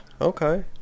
Okay